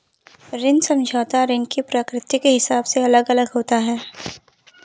ऋण समझौता ऋण की प्रकृति के हिसाब से अलग अलग होता है